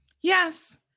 yes